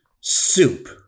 Soup